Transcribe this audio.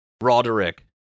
Roderick